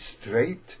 straight